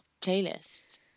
playlists